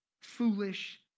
foolish